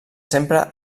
sempre